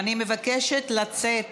אני מבקשת לצאת.